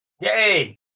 Yay